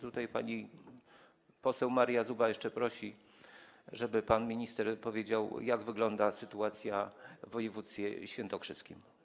Tutaj pani poseł Maria Zuba jeszcze prosi, żeby pan minister odpowiedział, jak wygląda sytuacja w województwie świętokrzyskim.